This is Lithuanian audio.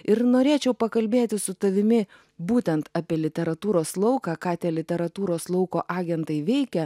ir norėčiau pakalbėti su tavimi būtent apie literatūros lauką ką tie literatūros lauko agentai veikia